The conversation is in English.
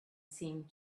seemed